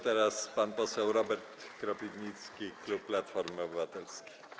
Teraz pan poseł Robert Kropiwnicki, klub Platformy Obywatelskiej.